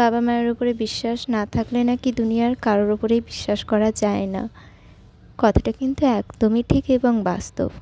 বাবা মায়ের উপরে বিশ্বাস না থাকলে নাকি দুনিয়ার কারোর ওপরেই বিশ্বাস করা যায় না কথাটা কিন্তু একদমই ঠিক এবং বাস্তব